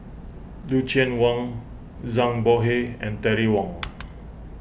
Lucien Wang Zhang Bohe and Terry Wong